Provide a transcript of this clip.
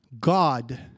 God